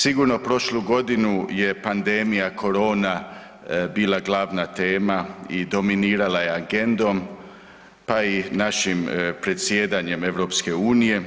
Sigurno prošlu godinu je pandemija corona bila glavna tema i dominirala je agendom, pa i našim predsjedanjem EU.